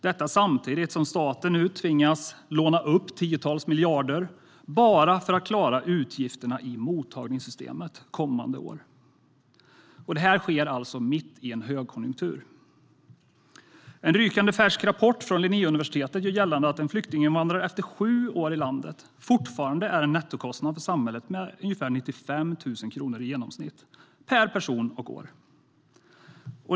Det sker samtidigt som staten nu tvingas låna upp tiotals miljarder bara för att klara utgifterna i mottagningssystemet kommande år, och det sker mitt i en högkonjunktur. En rykande färsk rapport från Linnéuniversitetet gör gällande att en flyktinginvandrare efter sju år i landet fortfarande är en nettokostnad för samhället med ungefär 95 000 kronor i genomsnitt per person och år.